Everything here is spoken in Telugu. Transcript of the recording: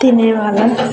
తినేవాళ్ళం